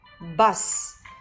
Bus